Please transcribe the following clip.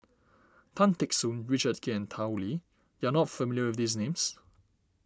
Tan Teck Soon Richard Kee and Tao Li you are not familiar with these names